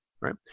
right